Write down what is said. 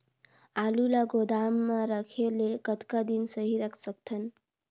आलू ल गोदाम म रखे ले कतका दिन सही रख सकथन?